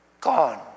Gone